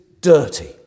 dirty